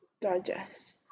digest